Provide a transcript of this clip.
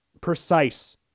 precise